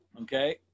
Okay